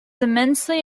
immensely